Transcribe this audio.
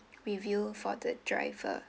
review for the driver